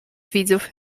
widzów